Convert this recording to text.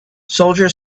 soldier